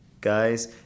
guys